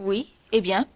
oui eh bien